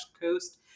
coast